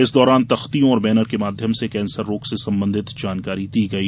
इस दौरान तख्तियों और बैनर के माध्यम से कैंसर रोग से संबंधित जानकारी दी गई